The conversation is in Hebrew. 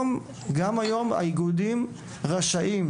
גם היום, האיגודים רשאים